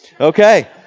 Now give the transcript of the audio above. Okay